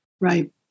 Right